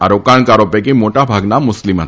આ રોકાણકારો પૈકી મોટાભાગના મુસ્લીમ ફતા